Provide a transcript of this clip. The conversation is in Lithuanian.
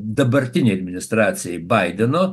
dabartinei administracijai baideno